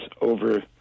over